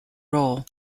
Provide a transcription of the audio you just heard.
role